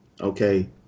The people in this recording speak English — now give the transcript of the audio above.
okay